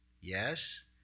Yes